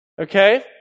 Okay